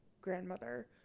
grandmother